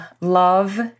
love